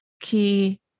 key